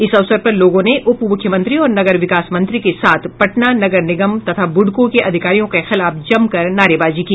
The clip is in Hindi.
इस अवसर पर लोगों ने उपमुख्यमंत्री और नगर विकास मंत्री के साथ पटना नगर निगम तथा बूडको के अधिकारियों के खिलाफ जमकर नारेबाजी की